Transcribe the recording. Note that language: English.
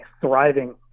thriving